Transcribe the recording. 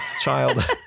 child